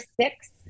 six